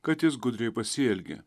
kad jis gudriai pasielgė